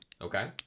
okay